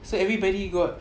so everybody got